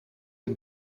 een